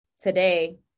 Today